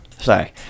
sorry